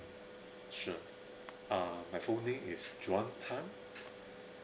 sure uh my full name is john tan